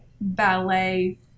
ballet